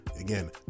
again